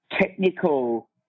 technical